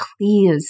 please